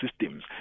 systems